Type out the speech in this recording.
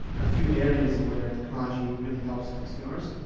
a few areas where technology really helps consumers,